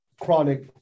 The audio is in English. chronic